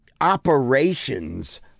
operations